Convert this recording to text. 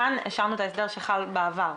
כאן השארנו את ההסדר שחל בעבר.